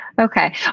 Okay